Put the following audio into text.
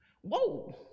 Whoa